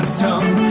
tongue